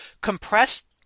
compressed